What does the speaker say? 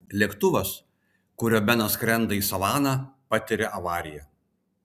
lėktuvas kuriuo benas skrenda į savaną patiria avariją